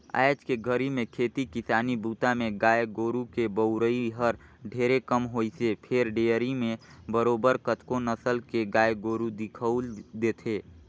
आयज के घरी में खेती किसानी बूता में गाय गोरु के बउरई हर ढेरे कम होइसे फेर डेयरी म बरोबर कतको नसल के गाय गोरु दिखउल देथे